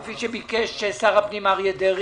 התשפ"א-2020 כפי שביקש שר הפנים אריה דרעי?